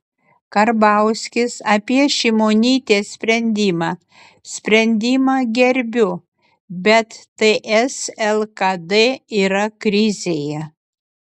karbauskis apie šimonytės sprendimą sprendimą gerbiu bet ts lkd yra krizėje